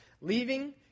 leaving